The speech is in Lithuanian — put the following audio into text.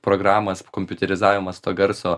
programos kompiuterizavimas to garso